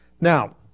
now